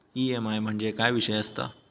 EMI म्हणजे काय विषय आसता?